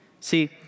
See